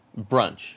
brunch